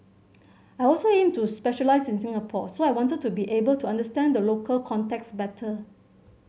I also aim to specialise in Singapore so I wanted to be able to understand the local context better